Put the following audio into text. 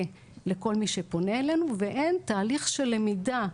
לכל מי שפונה אלינו והן תהליך של למידה,